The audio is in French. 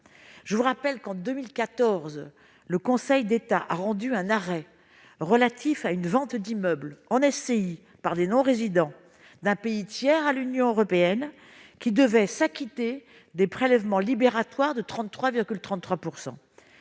Je vous le rappelle, en 2014, le Conseil d'État a rendu un arrêt relatif à une vente d'immeuble en SCI par des non-résidents d'un pays tiers à l'Union européenne, qui devaient s'acquitter des prélèvements libératoires de 33,33 %.